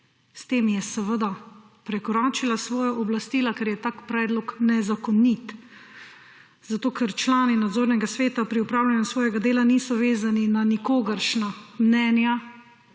S tem je seveda prekoračila svoja pooblastila, ker je tak predlog nezakonit. Zato ker člani nadzornega sveta pri upravljanju svojega dela niso vezani na nikogaršnja mnenja,